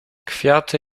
kwiaty